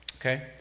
Okay